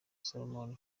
salomon